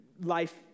life